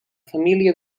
família